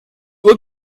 uhr